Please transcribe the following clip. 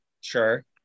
sure